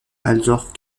alors